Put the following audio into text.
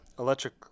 Electric